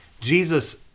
Jesus